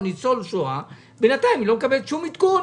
לא מקבלים שום עדכון,